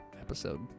episode